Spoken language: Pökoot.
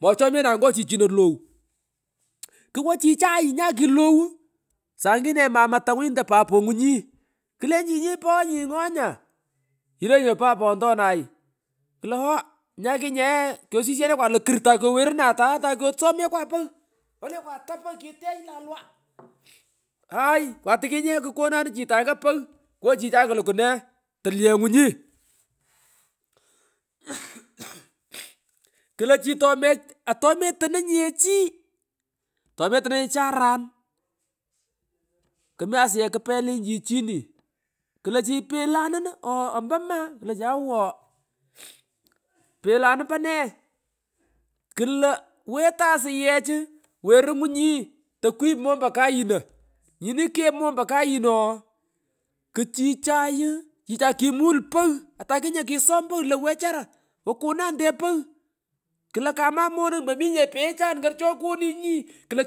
Mwochomnyenanye ngo chichino logh mmch kirwo chichay nyakilagh saangine mamatanguni ndo papongunyi klenjunyi poh nyi ngo nyaz ilenyi no paah pontonay klo ooh nyakinye eeh kosinekwa lo kurr takowe runa alaye takosomekwa pogh olekwa ata pogh kiteny lalwa swang kugh hay takinye kukonanun chitoanga pagh woo chichay kulukwu nee tulyengunyi kuragh uuhu puuh klochi otome atometononyinye chii tometononyinye chi aran kumung kmi asiyech kpelunyi chichini klo chi pelanum uuh ooh ompo maa klechi owo pelanum ompo nee klo wetoy asuyech werungunyi tokwip mompo kayino nyoni kep mompo kayino ooh kuchichay chichay kimul pagh atakinya kisom pogh lo wechara okonande pogh klo kama monung mominye paghechan ka chokonunyi klo